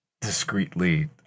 discreetly